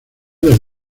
las